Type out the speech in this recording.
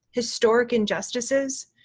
historic injustices,